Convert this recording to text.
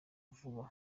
vuba